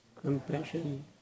compassion